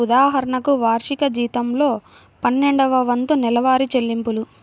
ఉదాహరణకు, వార్షిక జీతంలో పన్నెండవ వంతు నెలవారీ చెల్లింపులు